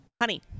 Honey